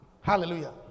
Hallelujah